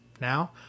Now